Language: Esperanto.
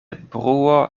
bruo